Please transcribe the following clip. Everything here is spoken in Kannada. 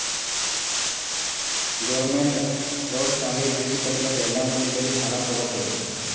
ಗೌರ್ಮೆಂಟ್ ರೋಡ್, ಸಾಲಿ, ಬ್ರಿಡ್ಜ್ ಕಟ್ಟಲುಕ್ ಎಲ್ಲಾ ಮಂದಿ ಬಲ್ಲಿ ಸಾಲಾ ತಗೊತ್ತುದ್